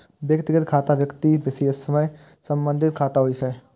व्यक्तिगत खाता व्यक्ति विशेष सं संबंधित खाता होइ छै